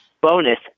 bonus